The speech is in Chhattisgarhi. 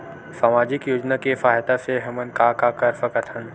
सामजिक योजना के सहायता से हमन का का कर सकत हन?